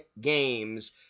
games